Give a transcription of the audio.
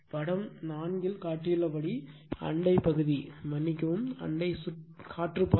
படம் 4 இல் காட்டப்பட்டுள்ளபடி அண்டை பகுதி மன்னிக்கவும் அண்டை காற்று பாதைகள்